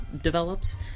develops